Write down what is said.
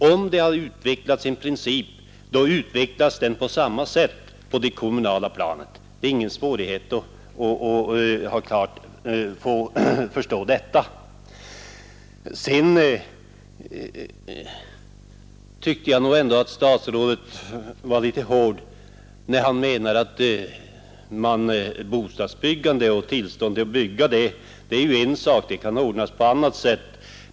Om det har utvecklats en princip så överförs den och utvecklas på samma sätt på det kommunala planet. Det är ingen svårighet att förstå detta. Jag tyckte nog att statsrådet var litet hård, när han menade att tillstånd att bygga kan ordnas på annat sätt.